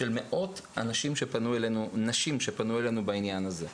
של מאות נשים שפנו אלינו בעניין הזה,